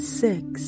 six